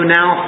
Now